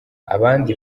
abandi